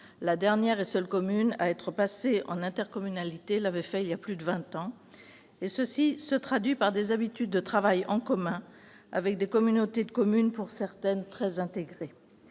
La dernière commune à avoir rejoint une intercommunalité l'a fait il y a plus de vingt ans. Cela se traduit par des habitudes de travail en commun, avec des communautés de communes pour certaines très intégrées.